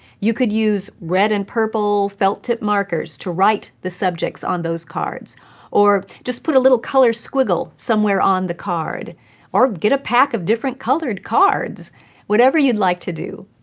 you could use red and purple felt-tip markers to write the subjects on the cards or just put a little color squiggle somewhere on the card or get a pack of different colored cards whatever you'd like to do.